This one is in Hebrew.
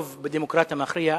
שבדמוקרטיה הרוב מכריע,